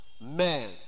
Man